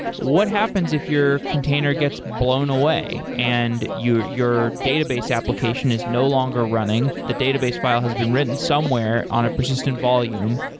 what happens if your container gets blown away and your your database application is no longer running? the database file has been written somewhere on a persistent volume.